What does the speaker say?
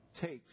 takes